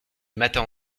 matin